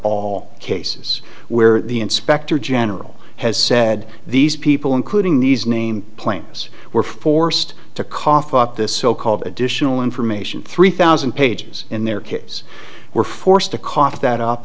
all cases where the inspector general has said these people including these named plaintiffs were forced to cough up this so called additional information three thousand pages in their kids were forced to cough that up